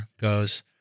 goes